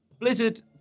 Blizzard